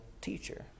teacher